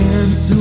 Dance